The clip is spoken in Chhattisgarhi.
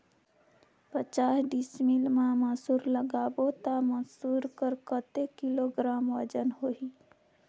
पचास डिसमिल मा मसुर लगाबो ता मसुर कर कतेक किलोग्राम वजन होही?